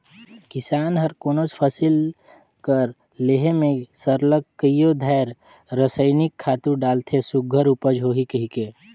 किसान हर कोनोच फसिल कर लेहे में सरलग कइयो धाएर रसइनिक खातू डालथे सुग्घर उपज होही कहिके